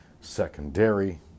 secondary